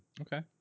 Okay